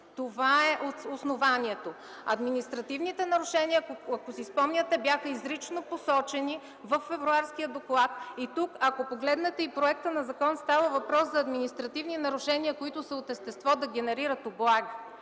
Това е основанието. Административните нарушения, ако си спомняте, бяха изрично посочени във Февруарския доклад. (Реплики.) И тук, ако погледнете проекта на закона, става въпрос за административни нарушения, които са от естество да генерират облаги,